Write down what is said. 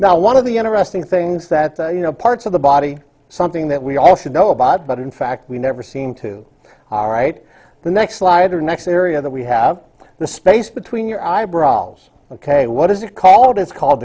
now one of the interesting things that you know parts of the body something that we all should know about but in fact we never seem to write the next slide to the next area that we have the space between your eyebrows ok what is it called it's called